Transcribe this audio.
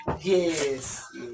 Yes